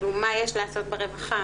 כאילו מה יש לעשות ברווחה,